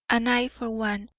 and i, for one,